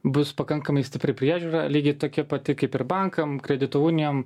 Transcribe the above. bus pakankamai stipri priežiūra lygiai tokia pati kaip ir bankam kredito unijom